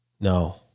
No